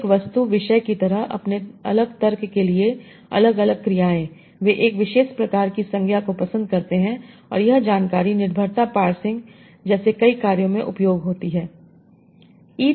अब एक वस्तु विषय की तरह अपने अलग तर्क के लिए अलग अलग क्रियाएं वे एक विशेष प्रकार की संज्ञा को पसंद करते हैं और यह जानकारी निर्भरता पार्सिंग जैसे कई कार्यों में उपयोगी है